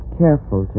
careful